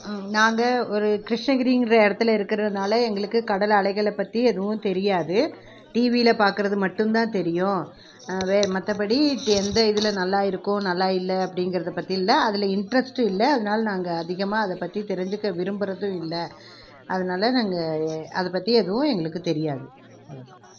நாங்கள் ஒரு கிருஷ்ணகிரிங்கிற இடத்துல இருக்கிறதுனால எங்களுக்கு கடல் அலைகளை பற்றி எதுவும் தெரியாது டிவியில் பார்க்கறது மட்டும்தான் தெரியும் வே மற்றப்படி எந்த இதில் நல்லா இருக்கும் நல்லா இல்லை அப்படிங்கிறத பற்றி இல்லை அதில் இன்ட்ரெஸ்ட்டும் இல்லை அதனால் நாங்கள் அதிகமாக அதை பற்றி தெரிஞ்சுக்க விரும்புவதும் இல்லை அதனால் நாங்கள் அதை பற்றி எதுவும் எங்களுக்கு தெரியாது அவ்வளோ தான்